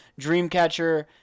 Dreamcatcher